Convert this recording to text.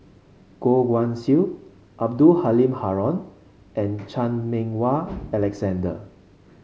Goh Guan Siew Abdul Halim Haron and Chan Meng Wah Alexander